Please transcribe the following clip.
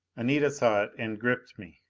anita saw it and gripped me.